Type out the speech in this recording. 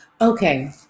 Okay